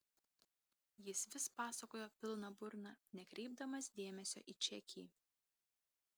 jis vis pasakojo pilna burna nekreipdamas dėmesio į čekį